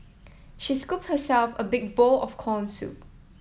she scooped herself a big bowl of corn soup